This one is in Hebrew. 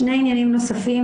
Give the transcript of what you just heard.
שני עניינים נוספים,